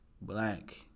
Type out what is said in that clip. black